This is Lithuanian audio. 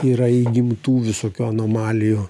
yra įgimtų visokių anomalijų